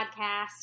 podcast